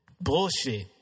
bullshit